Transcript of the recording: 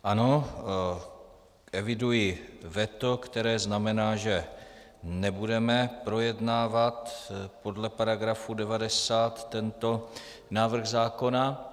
Ano, eviduji veto, které znamená, že nebudeme projednávat podle § 90 tento návrh zákona.